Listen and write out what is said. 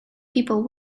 people